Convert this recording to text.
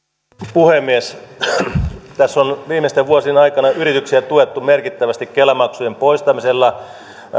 puhemies tässä on viimeisten vuosien aikana yrityksiä tuettu merkittävästi kela maksujen poistamisella